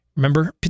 Remember